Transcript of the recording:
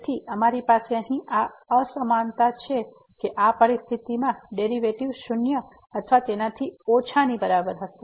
તેથી અમારી પાસે અહીં આ અસમાનતા છે કે આ પરિસ્થિતિમાં ડેરિવેટિવ શૂન્ય અથવા તેનાથી ઓછા ની બરાબર હશે